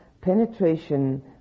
penetration